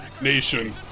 Nation